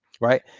right